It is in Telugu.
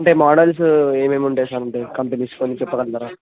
అంటే మోడల్సు ఏమేమి ఉంటాయి సార్ అంటే కంపెనీస్ కొన్ని చెప్పగలుగుతారా